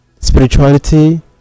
spirituality